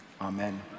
amen